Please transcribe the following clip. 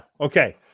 okay